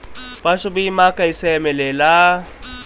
पशु बीमा कैसे मिलेला?